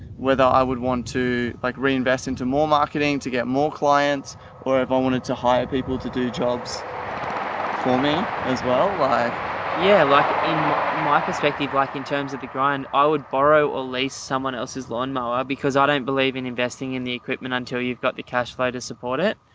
whether i would want to like reinvest into more marketing to get more clients or if i wanted to hire people to do jobs for me as well. like yeah, like in my perspective, like in terms of the grind, i would borrow a laced someone else's lawn mower because i don't believe in investing in the equipment until you've got the cashflow to support it.